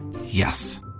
Yes